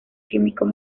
químicos